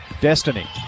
Destiny